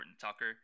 Tucker